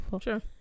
sure